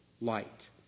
light